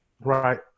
right